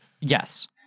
Yes